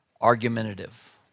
argumentative